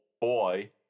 boy